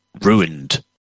ruined